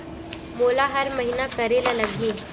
मोला हर महीना करे ल लगही?